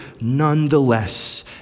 nonetheless